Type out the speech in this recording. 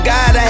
God